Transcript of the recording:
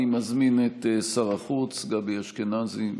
אני מזמין את שר החוץ גבי אשכנזי,